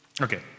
Okay